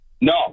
No